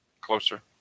closer